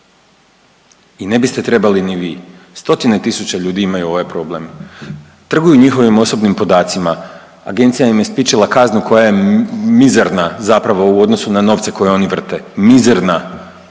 i ne biste trebali ni vi, stotine tisuća ljudi imaju ovaj problem, trguju njihovim osobnim podacima, agencija im je spičila kaznu koja je mizerna zapravo u odnosu na novce koje oni vrte, mizerna,